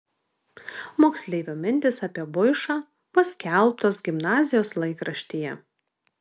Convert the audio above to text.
moksleivių mintys apie buišą paskelbtos gimnazijos laikraštyje